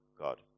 God